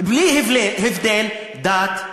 בלי הבדל דת,